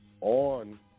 on